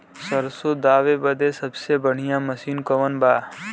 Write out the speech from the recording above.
सरसों दावे बदे सबसे बढ़ियां मसिन कवन बा?